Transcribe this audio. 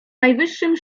najwyższym